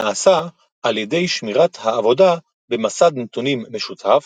נעשה על ידי שמירת העבודה במסד נתונים משותף,